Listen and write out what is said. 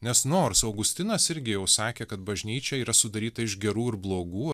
nes nors augustinas irgi jau sakė kad bažnyčia yra sudaryta iš gerų ir blogų